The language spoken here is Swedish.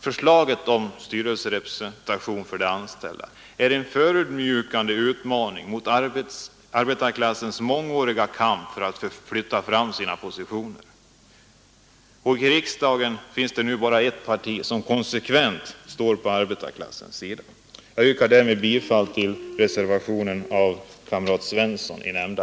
Förslaget till styrelserepresentation för de anställda är en förödmjukande utmaning mot arbetarklassens mångåriga kamp för att flytta fram sina positioner, och i riksdagen finns det nu bara ett parti som konsekvent står på arbetarklassens sida.